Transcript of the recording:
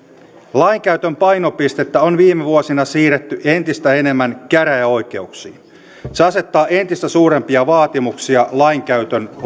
lainkäytön painopistettä on viime vuosina siirretty entistä enemmän käräjäoikeuksiin se asettaa entistä suurempia vaatimuksia lainkäytön